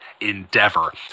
endeavor